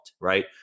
Right